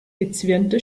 gezwirnte